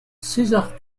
césar